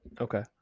Okay